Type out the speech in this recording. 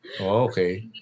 okay